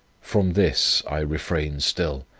from this i refrain still,